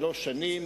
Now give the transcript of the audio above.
שלוש שנים,